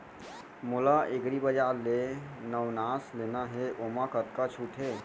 मोला एग्रीबजार ले नवनास लेना हे ओमा कतका छूट हे?